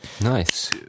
Nice